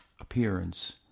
appearance